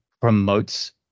promotes